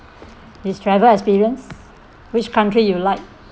this travel experience which country you like